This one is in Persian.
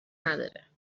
نداره